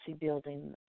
building